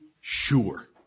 sure